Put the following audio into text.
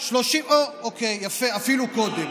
אוקיי, אפילו קודם.